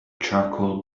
charcoal